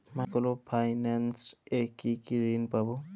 Micro finance এ কি কি ঋণ পাবো?